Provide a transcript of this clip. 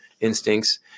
instincts